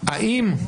מה הם?